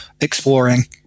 exploring